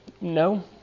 No